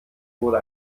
wurde